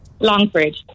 Longbridge